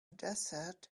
desert